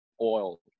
oil